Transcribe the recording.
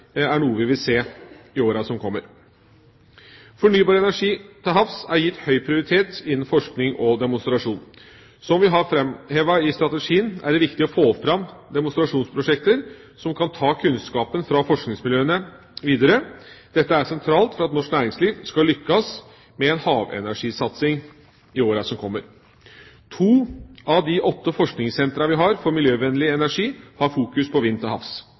er noe vi vil se i årene som kommer. Fornybar energi til havs er gitt høy prioritet innen forskning og demonstrasjon. Som vi har framhevet i strategien, er det viktig å få fram demonstrasjonsprosjekter som kan ta kunnskapen fra forskningsmiljøene videre. Dette er sentralt for at norsk næringsliv skal lykkes med en havenergisatsing i årene som kommer. To av de åtte forskningssentrene vi har for miljøvennlig energi, har fokus på vind til havs.